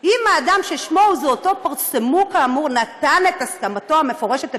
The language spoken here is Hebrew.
"אם האדם ששמו או זהותו פורסמו כאמור נתן את הסכמתו המפורשת לפרסום"